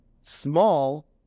Small